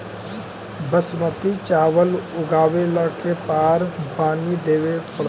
बासमती चावल उगावेला के बार पानी देवे पड़तै?